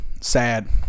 sad